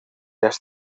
las